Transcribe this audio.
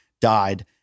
died